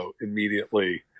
immediately